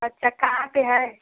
अच्छा कहाँ के है